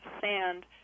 sand